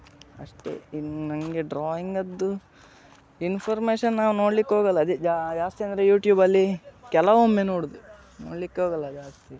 ಅಷ್ಟೆ ಇನ್ನು ನನಗೆ ಡ್ರಾಯಿಂಗದ್ದು ಇನ್ಫಾರ್ಮೇಷನ್ ನಾವು ನೋಡ್ಲಿಕ್ಕೆ ಹೋಗಲ್ಲ ಅದೇ ಜಾ ಜಾಸ್ತಿ ಅಂದರೆ ಯೂಟ್ಯೂಬಲ್ಲಿ ಕೆಲವೊಮ್ಮೆ ನೋಡೋದು ನೋಡಲಿಕ್ಕೆ ಹೋಗಲ್ಲ ಜಾಸ್ತಿ